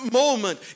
moment